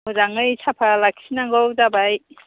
मोजाङै साफा लाखिनांगौ जाबाय